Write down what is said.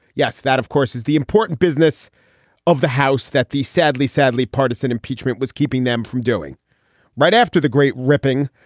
yes. that, of course, is the important business of the house that the sadly, sadly partisan impeachment was keeping them from doing right after the great ripping,